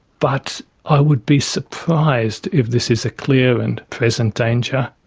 but i would be surprised if this is a clear and present danger.